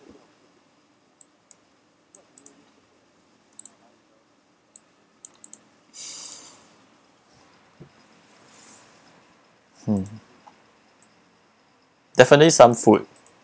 mm definitely some food